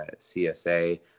CSA